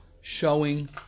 showing